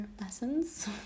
lessons